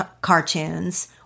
cartoons